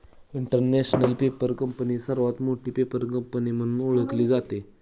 international Paper ही सर्वात मोठी पेपर कंपनी म्हणून ओळखली जाते